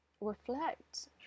reflect